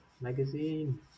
magazine